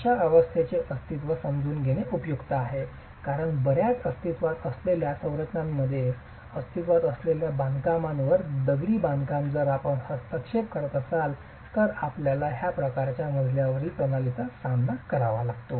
अशा व्यवस्थेचे अस्तित्व समजून घेणे उपयुक्त आहे कारण बर्याच अस्तित्त्वात असलेल्या संरचनांमध्ये अस्तित्त्वात असलेल्या बांधकामांवर दगडी बांधकाम जर आपण हस्तक्षेप करत असाल तर आपल्याला या प्रकारच्या मजल्यावरील प्रणालीचा सामना करावा लागतो